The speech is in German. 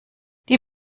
die